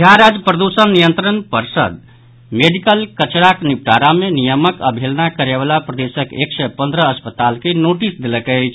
बिहार राज्य प्रदूषण नियंत्रण पर्षद मेडिकल कचराक निपटारा मे नियमक अवहेलना करयवला प्रदेशक एक सय पंद्रह अस्पताल के नोटिस देलक अछि